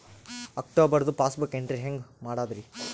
ಅಕ್ಟೋಬರ್ದು passbook entry ಹೆಂಗ್ ಮಾಡದ್ರಿ?